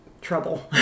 trouble